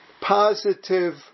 positive